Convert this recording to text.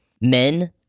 Men